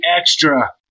extra